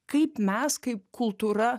kaip mes kaip kultūra